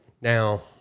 Now